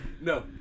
No